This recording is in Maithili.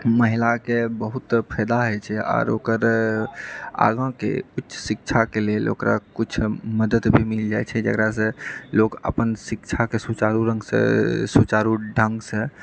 महिलाके बहुत फायदा होइत छै आर ओकर आगाँके उच्च शिक्षाके लेल ओकरा किछु मदद भी मिल जाइत छै जकरासँ लोक अपन शिक्षाके सुचारू ढ़ङ्गसँ सुचारू ढ़ङ्गसँ